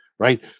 Right